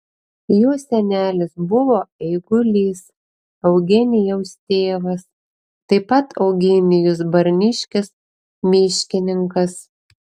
jo senelis buvo eigulys eugenijaus tėvas taip pat eugenijus barniškis miškininkas